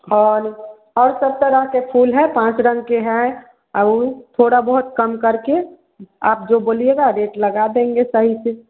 और और सब तरह के फूल है पाँच रंग के हैं और थोड़ा बहुत कम कर के आप जो बोलिएगा रेट लगा देंगे सही से